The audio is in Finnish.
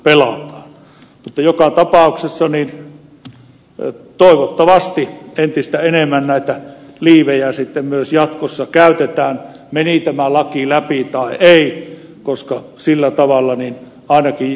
mutta joka tapauksessa toivottavasti entistä enemmän näitä liivejä myös jatkossa käytetään meni tämä laki läpi tai ei koska sillä tavalla ainakin turvallisuus lisääntyy